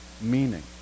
meaning